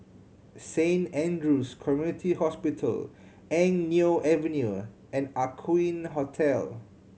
Saint Andrew's Community Hospital Eng Neo Avenue and Aqueen Hotel